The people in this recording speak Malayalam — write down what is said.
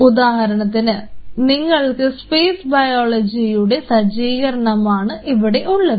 ഉദാഹരണത്തിന് നിങ്ങൾക്ക് സ്പേസ് ബയോളജിയുടെ സജ്ജീകരണമാണ് ഇവിടെ ഉള്ളത്